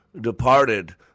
departed